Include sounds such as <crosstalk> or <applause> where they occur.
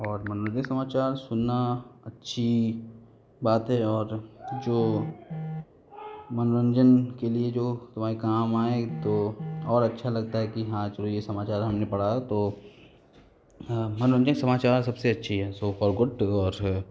और मनोरंजक समाचार सुनना अच्छी बात है और जो यहाँ मनोरंजन के लिए जो तुम्हारे काम आए तो और अच्छा लगता है कि हाँ चलो यह समाचार हमने पढ़ा है तो मनोरंजक समाचार सबसे अच्छी है so far good to <unintelligible> hair